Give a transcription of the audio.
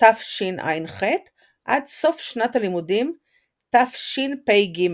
תשע"ח עד סוף שנת הלימודים תשפ"ג.